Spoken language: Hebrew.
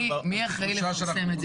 מי אחראי לפרסם אז זה?